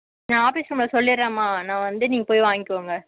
நான் ஆஃபீஸ் ரூமில் சொல்லிடுறேமா நான் வந்து நீங்கள் போய் வாங்கிக்கோங்க